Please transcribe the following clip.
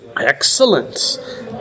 Excellent